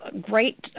great